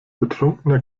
betrunkener